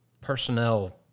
personnel